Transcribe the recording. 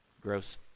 gross